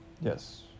Yes